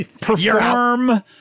perform